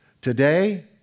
Today